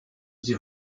sie